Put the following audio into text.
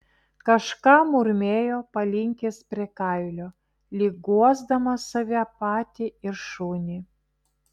kažką murmėjo palinkęs prie kailio lyg guosdamas save patį ir šunį